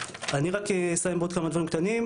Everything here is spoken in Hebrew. אני רק אסיים בעוד כמה דברים קטנים.